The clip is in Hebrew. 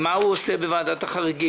מה הוא עושה בוועדת החריגים,